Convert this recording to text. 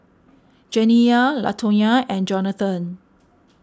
Janiyah Latonya and Jonathon